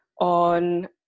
on